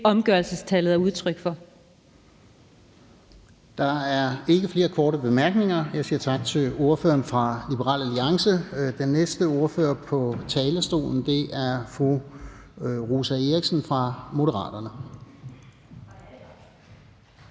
(Lars-Christian Brask): Der er ikke flere korte bemærkninger, så jeg siger tak til ordføreren fra Liberal Alliance. Den næste ordfører på talerstolen er fru Rosa Eriksen fra Moderaterne.